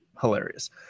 hilarious